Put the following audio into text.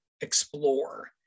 explore